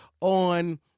on